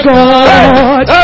God